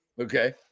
okay